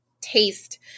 taste